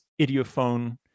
Idiophone